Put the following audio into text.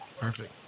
Perfect